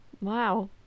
Wow